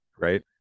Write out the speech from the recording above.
right